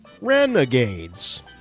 Renegades